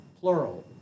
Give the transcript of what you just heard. plural